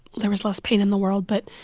there was less pain in the world. but,